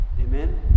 Amen